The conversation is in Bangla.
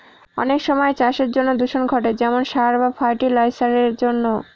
অনেক সময় চাষের জন্য দূষণ ঘটে যেমন সার বা ফার্টি লাইসারের জন্য